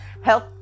health